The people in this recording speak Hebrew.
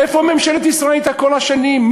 איפה ממשלת ישראל הייתה כל השנים?